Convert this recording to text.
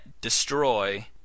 destroy